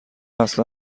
اصلا